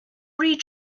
read